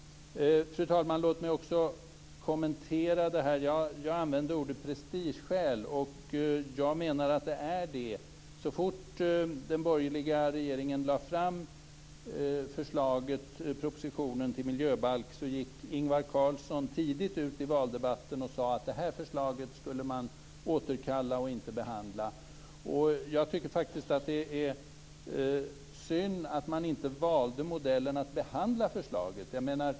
Fru talman! Låt mig också kommentera en annan sak. Jag använde ordet prestigeskäl. Jag menar att det är fråga om det. Så fort den borgerliga regeringen lade fram propositionen om miljöbalk gick Ingvar Carlsson tidigt ut i valdebatten och sade att man skulle återkalla detta förslag och inte behandla det. Jag tycker att det är synd att man inte valde modellen att behandla förslaget.